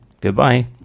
Goodbye